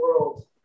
world